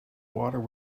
water